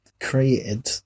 created